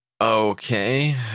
Okay